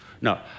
No